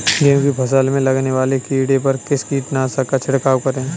गेहूँ की फसल में लगने वाले कीड़े पर किस कीटनाशक का छिड़काव करें?